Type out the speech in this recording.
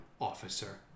officer